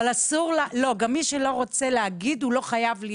מי שלא רוצה להגיד לא חייב.